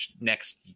next